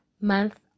month